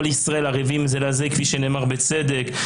כל ישראל ערבים זה לזה, כפי שנאמר בצדק.